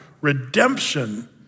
redemption